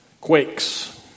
quakes